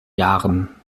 jahren